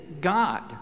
God